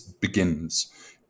begins